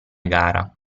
gara